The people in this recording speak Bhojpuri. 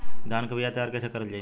धान के बीया तैयार कैसे करल जाई?